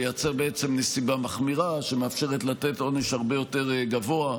לייצר בעצם נסיבה מחמירה שמאפשרת לתת עונש הרבה יותר גבוה.